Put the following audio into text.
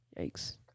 Yikes